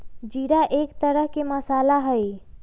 जीरा एक तरह के मसाला हई